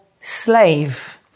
slave